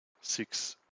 six